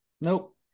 nope